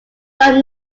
tom